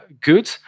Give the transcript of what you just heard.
good